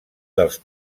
dels